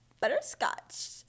Butterscotch